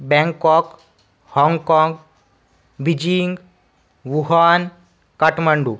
Bangkok Hong Kong Beijing Wuhan Kathmandu